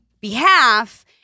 behalf